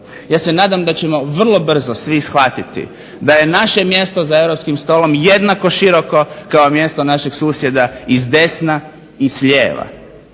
Ja se nadam da ćemo vrlo brzo svi shvatiti da je naše mjesto za Europskim stolom jednako široko kao mjesto našeg susjeda i s desna i lijeva.